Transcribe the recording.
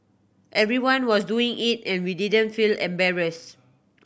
everyone was doing it and we didn't feel embarrassed